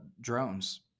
drones